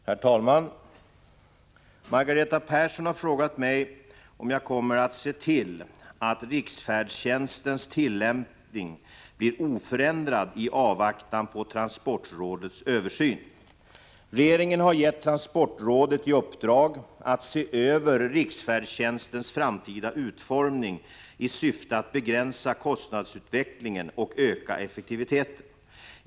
Herr talman! Margareta Persson har frågat mig om jag kommer att se till att riksfärdtjänstens tillämpning blir oförändrad i avvaktan på transportrådets översyn. Regeringen har gett transportrådet i uppdrag att se över riksfärdtjänstens framtida utformning i syfte att begränsa kostnadsutvecklingen och öka effektiviteten.